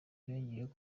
yongeyeho